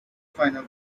final